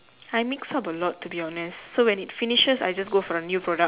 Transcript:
I mix up a lot to be honest so when it finishes I just go for the new product